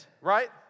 right